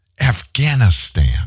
Afghanistan